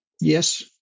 Yes